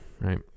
right